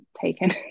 taken